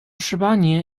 十八年